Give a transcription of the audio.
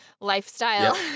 lifestyle